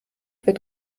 wird